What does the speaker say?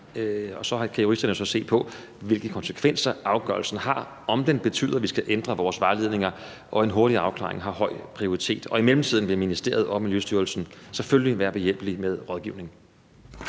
og så kan juristerne jo så se på, hvilke konsekvenser afgørelsen har – om den betyder, at vi skal ændre vores vejledninger – og en hurtig afklaring har høj prioritet. I mellemtiden vil ministeriet og Miljøstyrelsen selvfølgelig være behjælpelige med rådgivning.